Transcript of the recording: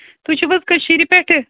تُہۍ چھِو حظ کٔشیٖرِ پٮ۪ٹھٕ